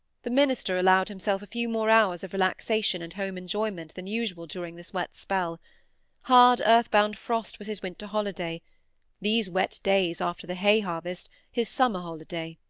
the minister allowed himself a few more hours of relaxation and home enjoyment than usual during this wet spell hard earth-bound frost was his winter holiday these wet days, after the hay harvest, his summer holiday.